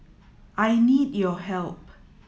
I need your help